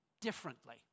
differently